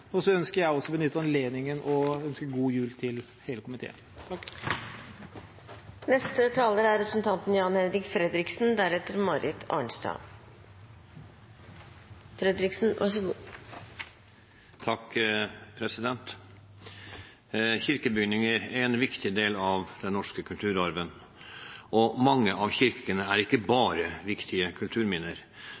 Så ønsker også jeg å benytte anledningen til å ønske god jul til hele komiteen. Kirkebygninger er en viktig del av den norske kulturarven, og mange av kirkene er ikke bare viktige kulturminner, de er også bygninger som fortsatt bærer med seg store deler av